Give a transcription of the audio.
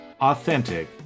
authentic